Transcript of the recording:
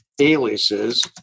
aliases